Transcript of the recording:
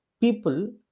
people